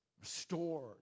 restored